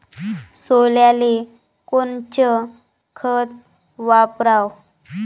सोल्याले कोनचं खत वापराव?